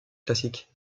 classique